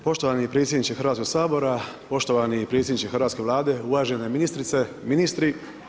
Poštovani predsjedniče Hrvatskoga sabora, poštovani predsjedniče Hrvatske Vlade, uvažena ministrice, ministri!